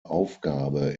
aufgabe